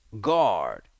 guard